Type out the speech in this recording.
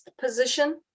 position